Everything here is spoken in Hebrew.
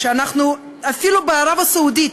שאפילו בערב-הסעודית,